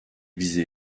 visé